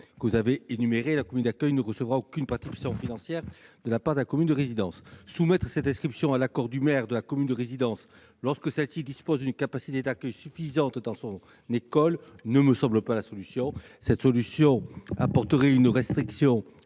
particulières énumérées, la commune d'accueil ne recevra aucune participation financière de la part de la commune de résidence. Soumettre cette inscription à l'accord du maire de la commune de résidence lorsque celle-ci dispose d'une capacité d'accueil suffisante dans son école ne me semble pas la solution. Cela conduirait à une restriction